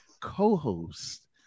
co-host